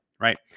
Right